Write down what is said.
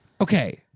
Okay